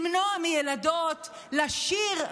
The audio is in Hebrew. למנוע מילדות לשיר.